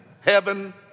Heaven